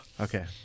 Okay